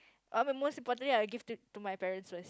I mean most importantly I will give to to my parents first